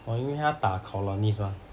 orh 因为他打 colonies mah